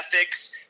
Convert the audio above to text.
ethics